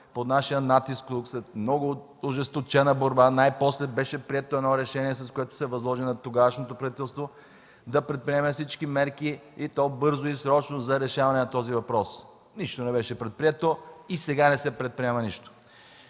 под нашия натиск след много ожесточена борба най-после беше прието едно решение, с което се възложи на тогавашното правителство да предприеме всички мерки, и то бързо и срочно, за решаване на този въпрос. Нищо не беше предприето и сега не5 се предприема нищо.